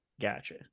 gotcha